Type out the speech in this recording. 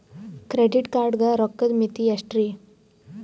Credit card ಗ ರೋಕ್ಕದ್ ಮಿತಿ ಎಷ್ಟ್ರಿ?